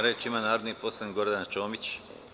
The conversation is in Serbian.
Reč ima narodna poslanica Gordana Čomić.